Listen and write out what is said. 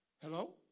Hello